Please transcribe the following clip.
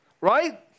right